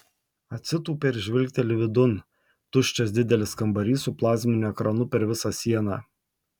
atsitūpia ir žvilgteli vidun tuščias didelis kambarys su plazminiu ekranu per visą sieną